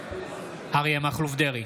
אריה מכלוף דרעי,